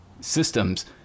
systems